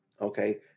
okay